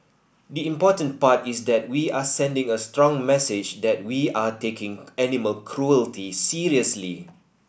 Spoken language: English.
the important part is that we are sending a strong message that we are taking animal cruelty seriously